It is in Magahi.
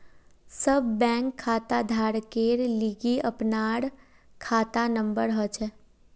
सब बैंक खाताधारकेर लिगी अपनार खाता नंबर हछेक